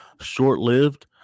short-lived